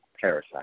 parasite